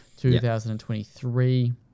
2023